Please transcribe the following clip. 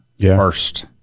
first